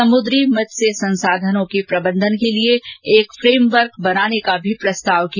समुद्री मत्स्य संसाधनों के प्रबंधन के लिए एक फ्रेमवर्क बनाने का भी प्रस्ताव किया